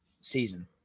season